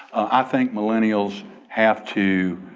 i think millennials have to